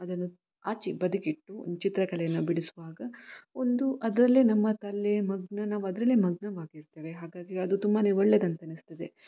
ಅದನ್ನು ಆಚೆ ಬದಿಗಿಟ್ಟು ಒಂದು ಚಿತ್ರಕಲೆಯನ್ನು ಬಿಡಿಸುವಾಗ ಒಂದು ಅದರಲ್ಲೇ ನಮ್ಮ ತಲೆ ಮಗ್ನ ನಾವು ಅದರಲ್ಲೇ ಮಗ್ನವಾಗಿರ್ತೇವೆ ಹಾಗಾಗಿ ಅದು ತುಂಬಾ ಒಳ್ಳೆದಂತನಿಸ್ತದೆ